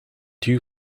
dew